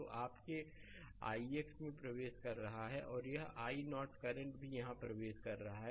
तो यह आपके ix में प्रवेश कर रहा है और यह i0 करंट भी यहाँ प्रवेश कर रहा है